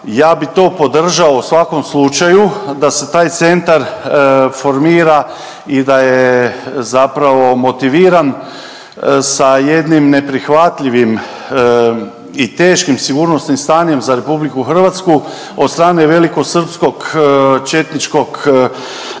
Ja bi to podržao u svakom slučaju da se taj centar formira i da je zapravo motiviran sa jednim neprihvatljivim i teškim sigurnosnim stanjem za RH od strane velikosrpskog četničkog napada